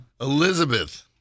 Elizabeth